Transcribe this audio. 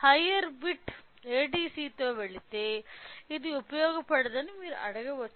higher bit ADC తో వెళితే అది ఉపయోగపడదని మీరు అడగవచ్చు